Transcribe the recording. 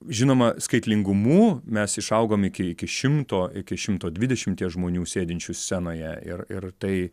žinoma skaitlingumu mes išaugom iki iki šimto iki šimto dvidešimties žmonių sėdinčių scenoje ir ir tai